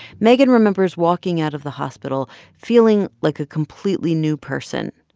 megan remembers walking out of the hospital feeling like a completely new person,